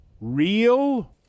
real